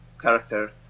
character